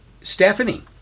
Stephanie